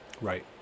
right